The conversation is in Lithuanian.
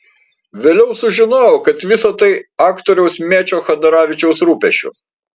vėliau sužinojau kad visa tai aktoriaus mečio chadaravičiaus rūpesčiu